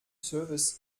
service